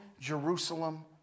Jerusalem